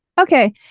Okay